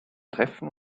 treffen